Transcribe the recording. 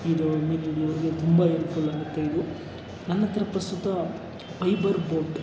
ಇದು ಮೀನು ಹಿಡಿಯೋರ್ಗೆ ತುಂಬ ಎಲ್ಪ್ಫುಲ್ ಆಗುತ್ತೆ ಇದು ನನ್ನ ಹತ್ರ ಪ್ರಸ್ತುತ ಪೈಬರ್ ಬೋಟ್